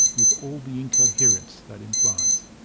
with all the incoherence that implies.